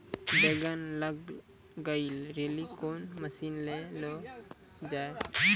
बैंगन लग गई रैली कौन मसीन ले लो जाए?